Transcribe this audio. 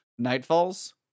nightfalls